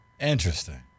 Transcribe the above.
interesting